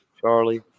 Charlie